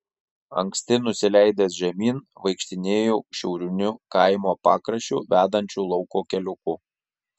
anksti nusileidęs žemyn vaikštinėjau šiauriniu kaimo pakraščiu vedančiu lauko keliuku